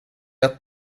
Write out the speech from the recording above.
att